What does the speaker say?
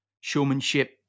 showmanship